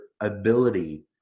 ability